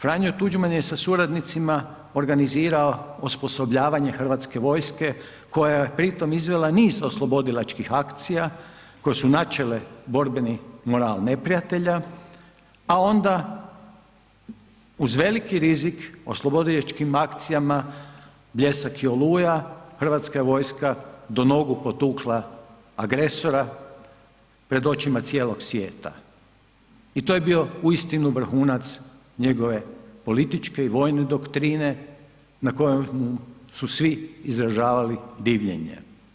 Franjo Tuđman je sa suradnicima organizirao osposobljavanje HV-a koja je pri tome izvela niz oslobodilačkih akcija koje su načele borbeni moral neprijatelja, a onda uz veliki rizik oslobodilačkim akcijama Bljesak i Oluja HV je do nogu potukla agresora pred očima cijelog svijeta i to je bio uistinu vrhunac njegove političke i vojne doktrine na kojemu su svi izražavali divljenje.